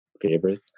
favorite